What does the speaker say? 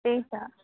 त्यही त